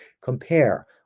Compare